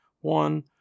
one